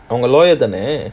அவங்க:awanga lawyer தானே:thane